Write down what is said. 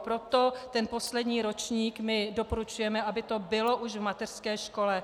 Proto ten poslední ročník my doporučujeme, aby to bylo už v mateřské škole.